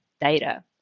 data